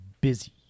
busy